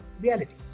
reality